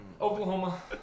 Oklahoma